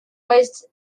waste